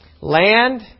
Land